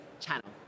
channel